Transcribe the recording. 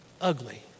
ugly